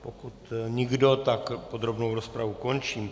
Pokud nikdo, tak podrobnou rozpravu končím.